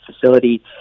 facility